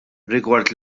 rigward